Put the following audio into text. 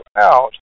out